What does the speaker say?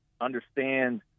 understand